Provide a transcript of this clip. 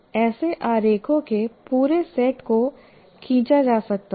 ऐसे आरेखों के पूरे सेट को खींचा जा सकता है